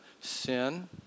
sin